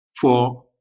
four